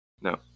No